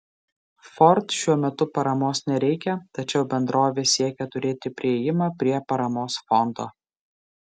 ford šiuo metu paramos nereikia tačiau bendrovė siekia turėti priėjimą prie paramos fondo